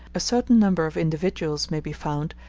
a certain number of individuals may be found,